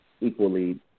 equally